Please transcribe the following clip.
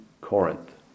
Corinth